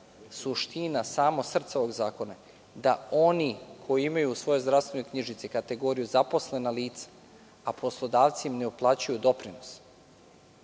suština, samo srce ovog zakona, da oni koji imaju svoje zdravstvene knjižice, kategoriju zaposlena lica, a poslodavci im ne uplaćuju doprinose,